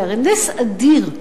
זה הרי נס אדיר.